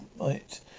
right